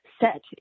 set